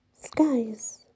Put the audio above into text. skies